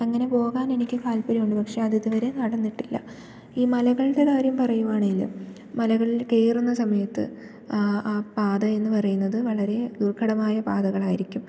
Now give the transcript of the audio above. അങ്ങനെ പോകാനെനിക്ക് താല്പര്യമുണ്ട് പക്ഷേ അത് ഇതുവരെ നടന്നിട്ടില്ല ഈ മലകളുടെ കാര്യം പറയുവാണേലും മലകളിൽ കയറുന്ന സമയത്ത് ആ പാത എന്നു പറയുന്നത് വളരെ ദുർഘടമായ പാതകളായിരിക്കും